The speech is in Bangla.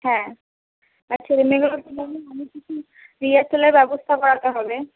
হ্যাঁ আর ছেলে মেয়েগুলোর রিহার্সালের ব্যবস্থা করাতে হবে